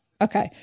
Okay